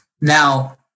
Now